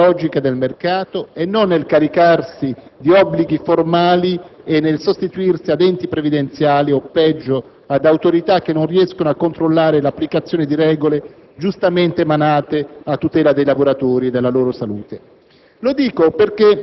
Funzione sociale che consiste nel creare profitto e ricchezza secondo la logica del mercato e non nel caricarsi di obblighi formali e nel sostituirsi ad enti previdenziali o, peggio, ad autorità che non riescono a controllare l'applicazione di regole